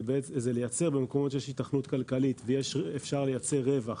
היא לייצר במקומות שיש היתכנות כלכלית ואפשר לייצר רווח,